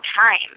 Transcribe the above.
time